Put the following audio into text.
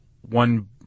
one